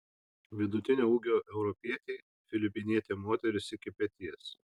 vidutinio ūgio europietei filipinietė moteris iki peties